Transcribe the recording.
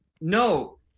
No